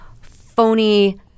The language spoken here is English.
phony